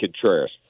Contreras